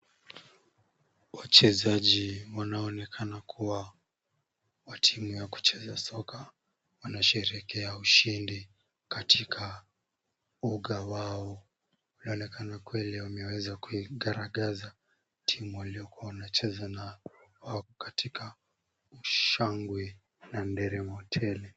Wachezaji wanaoonekana kuwa wa timu ya soka wanasherekea ushindi katika uga wao. Inaonekana kweli wameweza kuigaragaza timu waliokuwa wanacheza nayo. Wako katika shangwe na nderemo tele.